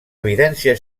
evidència